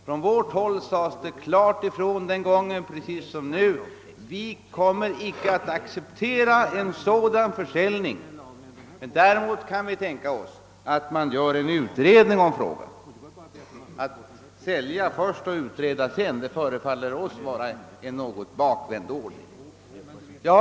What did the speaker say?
Från vårt håll sades den gången precis som nu klart ifrån att vi inte skulle komma att acceptera en sådan försäljning. Däremot kunde vi tänka oss att man gjorde en utredning om frågan. Att sälja först och utreda sedan förefaller oss vara en något bakvänd ordning.